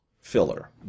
filler